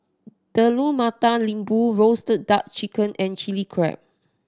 Telur Mata Lembu roasted duck chicken and Chilli Crab